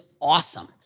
awesome